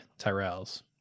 Tyrells